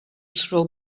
throw